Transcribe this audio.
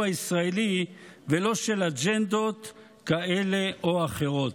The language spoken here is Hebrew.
הישראלי ולא של אג'נדות כאלה או אחרות.